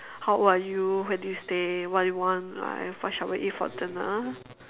how old are you where do you stay what do you want in life what shall we eat for dinner